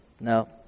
No